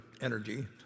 Energy